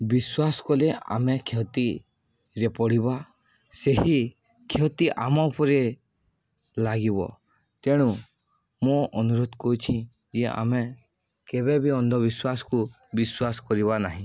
ବିଶ୍ୱାସ କଲେ ଆମେ କ୍ଷତିରେ ପଡ଼ିବା ସେହି କ୍ଷତି ଆମ ଉପରେ ଲାଗିବ ତେଣୁ ମୁଁ ଅନୁରୋଧ କରୁଛି ଯେ ଆମେ କେବେ ବି ଅନ୍ଧବିଶ୍ୱାସକୁ ବିଶ୍ୱାସ କରିବା ନାହିଁ